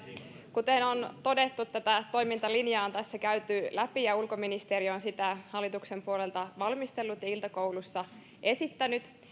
kuten on todettu toimintalinjaa on tässä käyty läpi ja ulkoministeriö on sitä hallituksen puolelta valmistellut ja iltakoulussa esittänyt